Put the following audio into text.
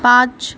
पाँच